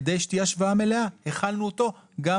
כדי שתהיה הצמדה מלאה החלנו אותו גם